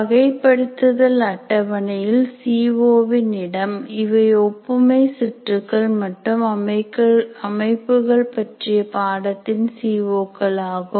வகைப்படுத்தல் அட்டவணையில் சிஓ வின் இடம் இவை ஒப்புமை சுற்றுகள் மற்றும் அமைப்புகள் பற்றிய பாடத்தின் சிஓ கள் ஆகும்